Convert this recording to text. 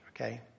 Okay